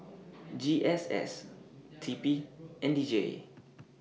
G S S T P and D J